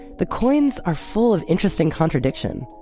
the coins are full of interesting contradiction.